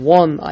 one